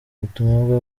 ubutumwa